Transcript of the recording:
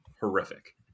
horrific